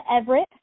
Everett